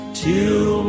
till